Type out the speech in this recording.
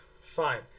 Fine